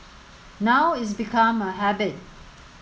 now it's become a habit